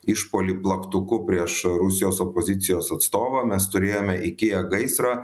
išpuolį plaktuku prieš rusijos opozicijos atstovą mes turėjome ikėja gaisrą